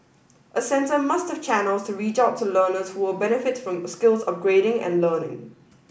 a centre must have channels to reach out to learners who will benefit from skills upgrading and learning